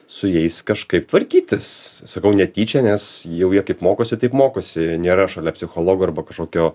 su jais kažkaip tvarkytis sakau netyčia nes jau jie kaip mokosi taip mokosi nėra šalia psichologo arba kažkokio